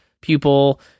pupil